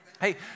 Hey